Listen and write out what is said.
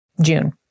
June